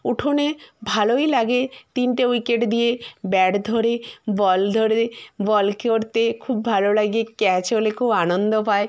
উঠোনে ভালোই লাগে তিনটে উইকেট দিয়ে ব্যাট ধরে বল ধরে বল করতে খুব ভালো লাগে ক্যাচ হলে খুব আনন্দ পায়